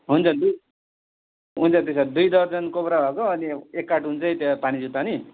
हुन्छ दुई हुन्छ त्यसो भए दुई दर्जन कोब्रा भएको अनि एक कार्टुन चाहिँ त्यो पानीजुत्ता नि